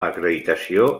acreditació